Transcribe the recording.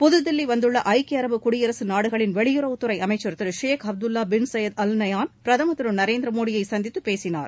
புதுதில்லி வந்துள்ள ஐக்கிய அரபு குடியரசு நாடுகளின் வெளியுறவுத் துறை அமைச்சர் திரு Sheikh Abdullah bin Zayed Al Nahyan பிரதமர் திரு நரேந்திர மோடியை சந்தித்து பேசினார்